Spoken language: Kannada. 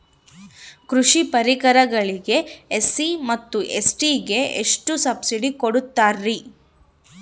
ಕೃಷಿ ಪರಿಕರಗಳಿಗೆ ಎಸ್.ಸಿ ಮತ್ತು ಎಸ್.ಟಿ ಗೆ ಎಷ್ಟು ಸಬ್ಸಿಡಿ ಕೊಡುತ್ತಾರ್ರಿ?